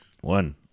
One